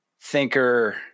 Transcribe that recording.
thinker